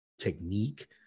technique